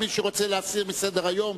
מי שרוצה להסיר מסדר-היום,